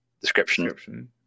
description